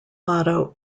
motto